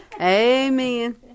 Amen